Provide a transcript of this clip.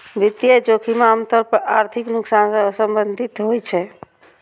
वित्तीय जोखिम आम तौर पर आर्थिक नुकसान सं संबंधित होइ छै